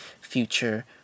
future